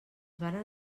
varen